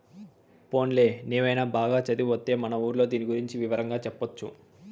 పోన్లే నీవైన బాగా చదివొత్తే మన ఊర్లో దీని గురించి వివరంగా చెప్పొచ్చు